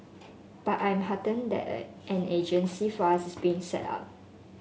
but I am heartened that an agency for us is being set up